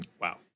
Wow